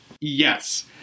Yes